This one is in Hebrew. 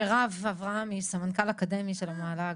מרב אברהמי, סמנכ"ל אקדמי של המל"ג,